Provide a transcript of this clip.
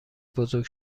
بزرگ